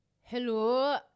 Hello